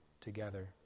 together